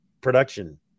production